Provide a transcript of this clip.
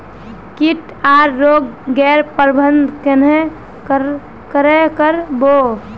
किट आर रोग गैर प्रबंधन कन्हे करे कर बो?